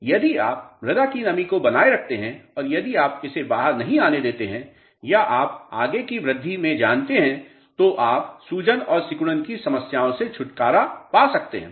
इसलिए यदि आप मृदा की नमी को बनाए रखते हैं और यदि आप इसे बाहर नहीं आने देते हैं या आप आगे की वृद्धि में जानते हैं तो आप सूजन और सिकुड़न की समस्याओं से छुटकारा पा सकते हैं